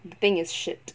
the thing is shit